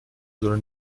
soll